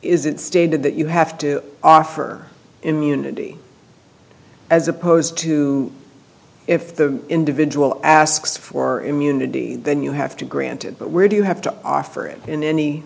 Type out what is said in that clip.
it stated that you have to offer in unity as opposed to if the individual asks for immunity then you have to granted but where do you have to offer it in any